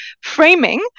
framing